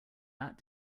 that